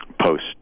post